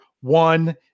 one